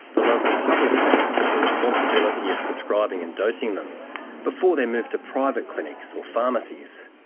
the local public clinic has the responsibility of prescribing and dosing them before they're moved to private clinics or pharmacies.